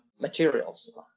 materials